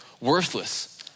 worthless